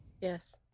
Yes